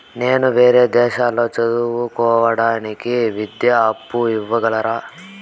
నేను వేరే దేశాల్లో చదువు కోవడానికి విద్యా అప్పు ఇవ్వగలరా?